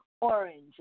orange